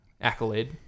accolade